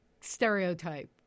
stereotype